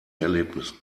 erlebnissen